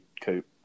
Coop